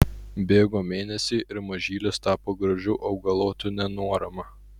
bėgo mėnesiai ir mažylis tapo gražiu augalotu nenuorama